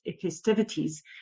festivities